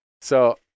so-